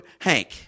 hank